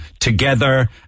together